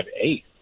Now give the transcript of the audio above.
eight